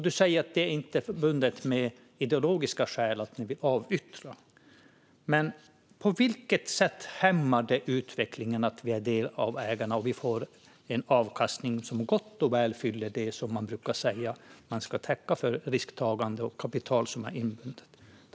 Du säger att det inte är förbundet med ideologiska skäl att ni vill avyttra. Men på vilket sätt hämmar det utvecklingen att staten är en del av ägarna och att vi får en avkastning som gott och väl fyller det som man brukar säga ska täckas för risktagande och kapital som är inbundet?